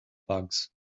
bugs